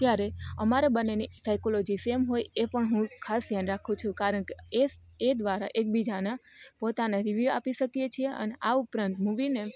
ત્યારે અમારે બંનેની સાઇકોલોજી સેમ હોય એ પણ હું ખાસ ધ્યાન રાખું છું કારણ કે એ એ દ્વારા એકબીજાનાં પોતાને રિવ્યુ આપી શકીએ છીએ અને આ ઉપરાંત મૂવીને